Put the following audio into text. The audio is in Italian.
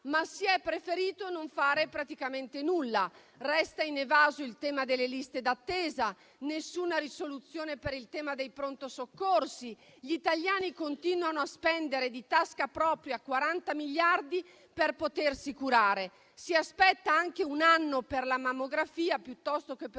ma si è preferito non fare praticamente nulla. Resta inevaso il tema delle liste d'attesa, nessuna risoluzione per il tema dei pronto soccorso, gli italiani continuano a spendere di tasca propria 40 miliardi per potersi curare. Si aspetta anche un anno per la mammografia piuttosto che per